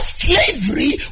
slavery